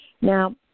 Now